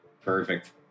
Perfect